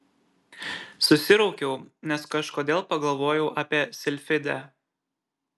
susiraukiau nes kažkodėl pagalvojau apie silfidę